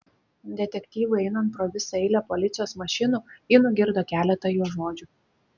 detektyvui einant pro visą eilę policijos mašinų ji nugirdo keletą jo žodžių